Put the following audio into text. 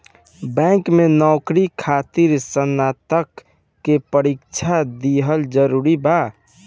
Bank में नौकरी खातिर स्नातक के परीक्षा दिहल जरूरी बा?